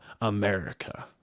America